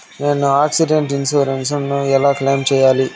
నేను accidental insurance ను ఎలా క్లెయిమ్ సేయాలి?